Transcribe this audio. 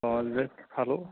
অঁ